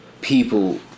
people